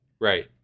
right